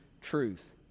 truth